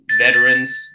veterans